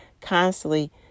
constantly